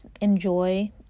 enjoy